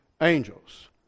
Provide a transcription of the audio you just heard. angels